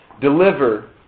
deliver